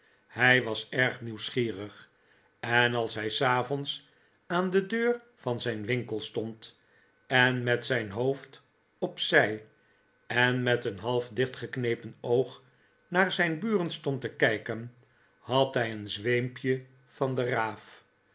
hij was erg nieuwsgierig en als hij s avonds aan de deur van zijn winkel stond en met zijn hoofd op zij en met een half dichtgeknepen oog naar zijn buren stond te kijken had hij een zweempje van de raaf